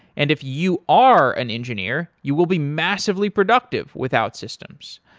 and if you are an engineer, you will be massively productive with outsystems.